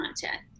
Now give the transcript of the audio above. content